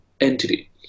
entity